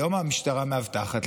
היום המשטרה מאבטחת.